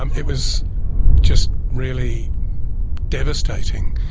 um it was just really devastating.